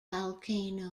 volcanoes